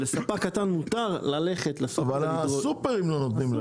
לספק קטן מותר ללכת --- אבל הסופרים לא נותנים להם.